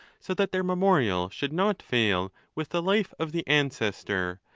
so that their memorial should not fail with the life of the ancestor,